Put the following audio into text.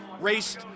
raced